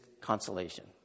consolation